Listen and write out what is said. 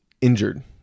injured